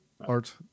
art